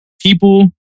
people